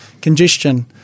congestion